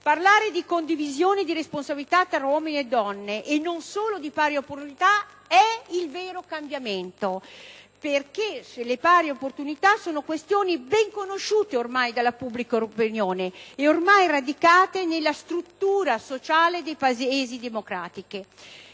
parlare di condivisione di responsabilità tra uomini e donne e non solo di pari opportunità è il vero cambiamento, perché quella delle pari opportunità è una questione ben conosciuta dalla pubblica opinione e ormai radicata nella struttura sociale dei Paesi democratici.